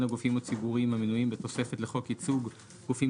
הגופים הציבוריים המנויים בתוספת לחוק ייצוג גופים